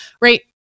right